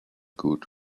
good